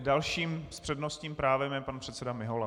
Další s přednostním právem je pan předseda Mihola.